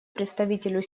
представителю